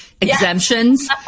exemptions